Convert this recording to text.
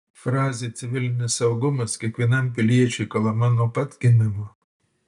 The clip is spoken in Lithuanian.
frazė civilinis saugumas kiekvienam piliečiui kalama nuo pat gimimo